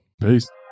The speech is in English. Peace